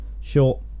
short